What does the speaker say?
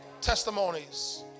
testimonies